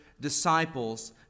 disciples